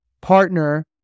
partner